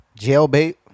Jailbait